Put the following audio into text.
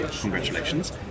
congratulations